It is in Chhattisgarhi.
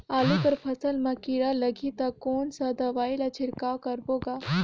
आलू कर फसल मा कीरा लगही ता कौन सा दवाई ला छिड़काव करबो गा?